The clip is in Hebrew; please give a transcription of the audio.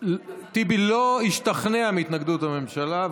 טיבי לא השתכנע מהתנגדות הממשלה,